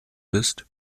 bist